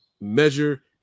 measure